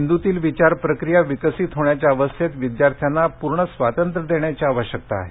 मेंद्रतील विचार प्रक्रिया विकसित होण्याच्या अवस्थेत विदयार्थ्यांना पूर्ण स्वातंत्र्य देण्याची आवश्यकता आहे